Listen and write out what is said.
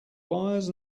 wires